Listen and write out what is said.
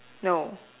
no